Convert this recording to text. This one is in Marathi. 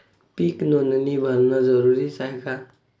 पीक नोंदनी भरनं जरूरी हाये का?